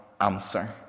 answer